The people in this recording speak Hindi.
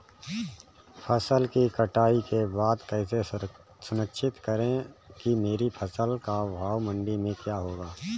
फसल की कटाई के बाद कैसे सुनिश्चित करें कि मेरी फसल का भाव मंडी में क्या होगा?